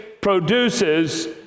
produces